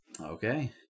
Okay